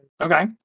Okay